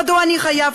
מדוע אני חייב?